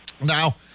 Now